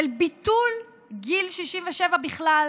של ביטול גיל 67 בכלל.